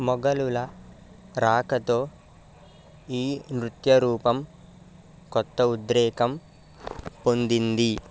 మొఘలుల రాకతో ఈ నృత్య రూపం కొత్త ఉద్రేకం పొందింది